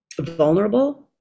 vulnerable